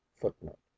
footnote